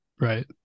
Right